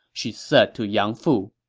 she said to yang fu